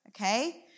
okay